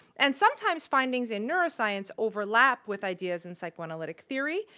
and sometimes findings in neuroscience overlap with ideas in psychoanalytic theory,